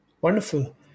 Wonderful